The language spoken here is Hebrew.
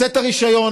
הוצאת רישיון,